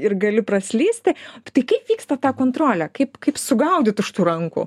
ir gali praslysti tai kaip vyksta ta kontrolė kaip kaip sugaudyt už tų rankų